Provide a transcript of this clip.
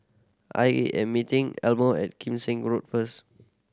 I A M meeting Elmo at Kim Seng Road first